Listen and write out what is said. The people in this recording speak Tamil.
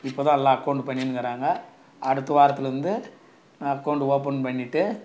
இப்பதான் எல்லாம் அக்கௌண்ட் பண்ணினுக்கிறாங்க அடுத்த வாரத்துலேருந்து அக்கௌண்ட் ஓப்பன் பண்ணிவிட்டு